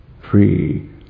free